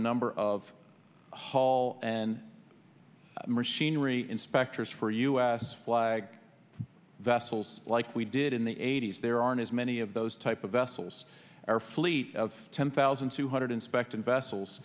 number of hull and machinery inspectors for us flag vessels like we did in the eighty's there aren't as many of those type of vessels our fleet of ten thousand two hundred inspecting vessels